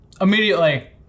Immediately